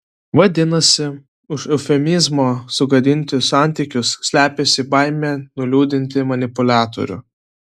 vadinasi už eufemizmo sugadinti santykius slepiasi baimė nuliūdinti manipuliatorių